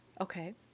Okay